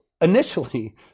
initially